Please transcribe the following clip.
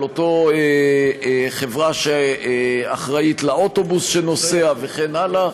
על אותה חברה שאחראית לאוטובוס שנוסע וכן הלאה,